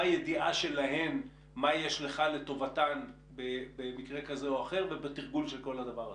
בידיעה שלהן מה יש לך לטובתן במקרה כזה או אחר ובתרגול של כל הדבר הזה?